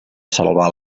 salvar